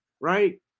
right